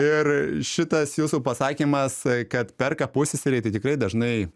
ir šitas jūsų pasakymas kad perka pusseserei tai tikrai dažnai